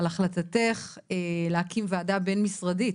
על החלטתך להקים ועדה בין משרדית